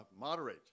moderate